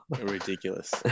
Ridiculous